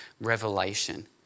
revelation